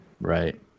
Right